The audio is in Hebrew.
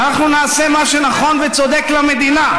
ואנחנו נעשה מה שנכון וצודק למדינה.